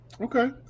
Okay